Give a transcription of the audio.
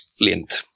Lint